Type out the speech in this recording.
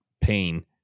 pain